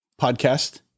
podcast